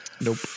Nope